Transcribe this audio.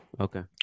Okay